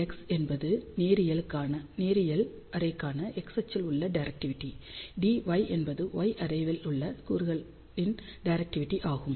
X என்பது நேரியல் array க்கான x அச்சில் உள்ள டிரெக்டிவிடி Dy என்பது y அரே யிலுள்ள கூறுகளின் டிரெக்டிவிடி ஆகும்